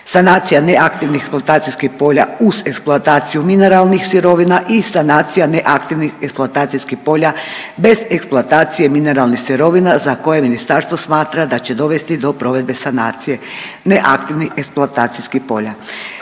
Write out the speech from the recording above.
Sanacija neaktivnih eksploatacijskih polja uz eksploataciju mineralnih sirovina i sanacija neaktivnih eksploatacijskih polja bez eksploatacije mineralnih sirovina za koje Ministarstvo smatra da će dovesti do provedbe sanacije neaktivnih eksploatacijskih polja.